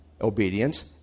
obedience